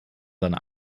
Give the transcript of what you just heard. seine